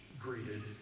greeted